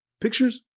pictures